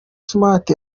smart